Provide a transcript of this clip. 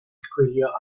chwilio